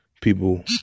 people